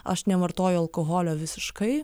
aš nevartoju alkoholio visiškai